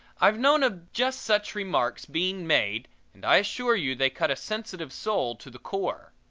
i've known of just such remarks being made and i assure you they cut a sensitive soul to the core.